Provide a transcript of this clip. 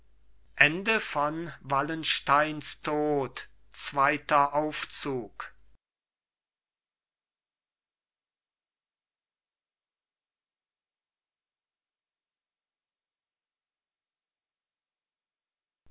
fällt zweiter aufzug